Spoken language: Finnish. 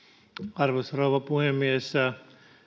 arvoisa rouva puhemies